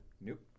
nope